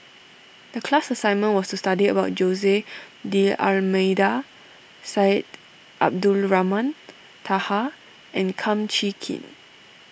the class assignment was to study about Jose D'Almeida Syed Abdulrahman Taha and Kum Chee Kin